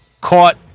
caught